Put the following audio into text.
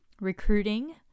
recruiting